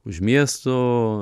už miesto